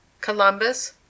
Columbus